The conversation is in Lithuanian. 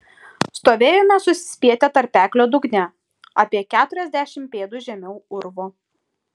stovėjome susispietę tarpeklio dugne apie keturiasdešimt pėdų žemiau urvo